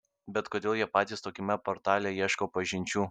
bet kodėl jie patys tokiame portale ieško pažinčių